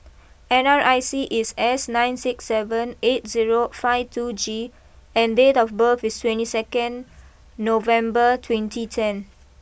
N R I C is S nine six seven eight zero five two G and date of birth is twenty second November twenty ten